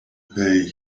pay